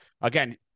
again